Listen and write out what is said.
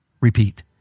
repeat